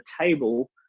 table